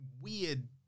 weird